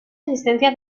existencia